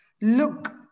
Look